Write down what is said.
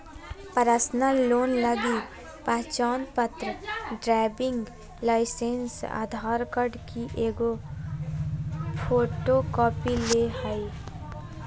personal loan लगी पहचानपत्र, driving licence, Aadhaar card की एगो फोटोकॉपी ले हइ